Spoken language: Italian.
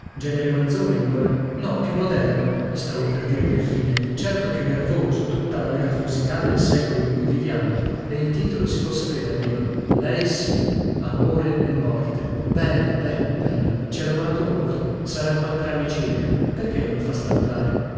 genere manzoni allora no più moderno stavo per dire più fine certo più nervoso tutta la nervosità del secolo in cui viviamo e il titolo si può sapere almeno lei sì amore e morte bello bello bello ci ha lavorato molto saran quattranni circa perchè non lo fa stampare